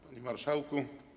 Panie Marszałku!